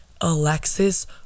Alexis